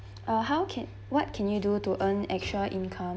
uh how can what can you do to earn extra income